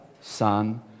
Son